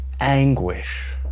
anguish